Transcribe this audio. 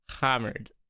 hammered